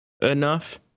enough